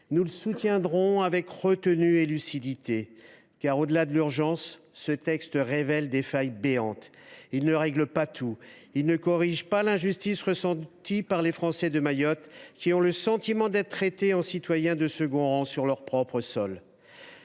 nous le soutiendrons avec retenue et lucidité. Au delà de son caractère urgent, ce texte révèle des failles béantes. Il ne règle pas tout. Il ne corrige pas l’injustice ressentie par les Français de Mayotte qui ont l’impression d’être traités en citoyens de second rang sur leur propre sol.